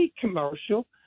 commercial